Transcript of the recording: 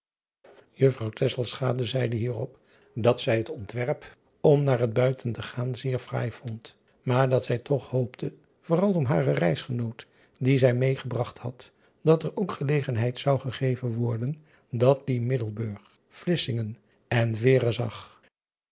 uffrouw zeide hier op dat zij het ontwerp om naar het uiten te gaan zeer fraai vond maar dat zij toch hoopte vooral om hare reisgenoot die zij meêgebragt had dat er ook gelegenheid zou gegeven worden dat die iddelburg lissingen en eere zag